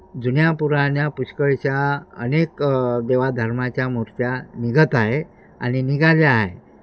जुन्या पुुराण्या पुष्कळशा अनेक देवाधर्माच्या मूर्त्या निघत आहे आणि निघाल्या आहे